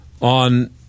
on